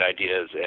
ideas